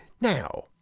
Now